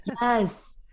Yes